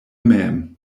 mem